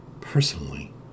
Personally